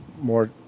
more